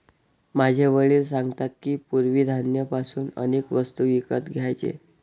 माझे वडील सांगतात की, पूर्वी धान्य पासून अनेक वस्तू विकत घ्यायचे